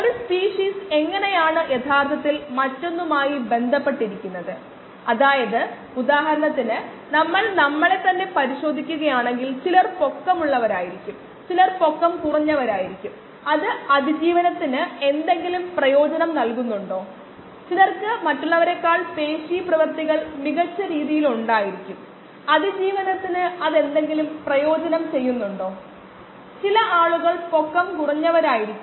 നമുക്ക് സ്വാഭാവിക വൈദഗ്ദ്ധ്യം ഇല്ലെങ്കിലും നമ്മൾ പരിശീലിക്കുന്നു നമ്മൾ ഒരു ശ്രമം നടത്തുന്നു തുടർന്ന് ഒരു പ്രത്യേക തലത്തിലേക്ക് പ്രശ്നങ്ങൾ ചെയ്യാൻ കഴിയുന്നു